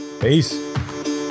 peace